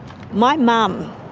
my mum,